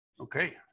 okay